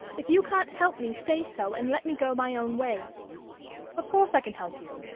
if you can't help me, say so, and let me go my own way of course i can help you.